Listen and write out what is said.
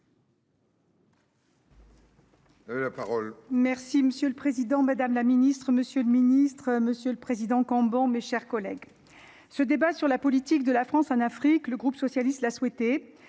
Merci, monsieur le Président Madame la Ministre, Monsieur le Ministre, Monsieur le Président Cambon, mes chers collègues. Ce débat sur la politique de la France en Afrique. Le groupe socialiste la souhaiter